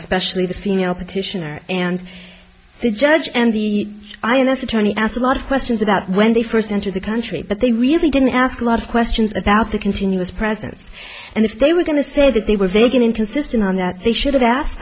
especially the female petitioner and the judge and the ins attorney asked a lot of questions about when they first entered the country but they really didn't ask a lot of questions about the continuous presence and if they were going to say that they were thinking inconsistent on that they should have asked